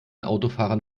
autofahrern